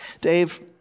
Dave